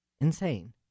Insane